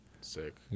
Sick